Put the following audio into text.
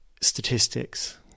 statistics